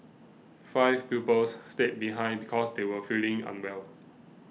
five pupils stayed behind because they were feeling unwell